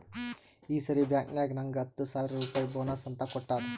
ಈ ಸರಿ ಬ್ಯಾಂಕ್ನಾಗ್ ನಂಗ್ ಹತ್ತ ಸಾವಿರ್ ರುಪಾಯಿ ಬೋನಸ್ ಅಂತ್ ಕೊಟ್ಟಾರ್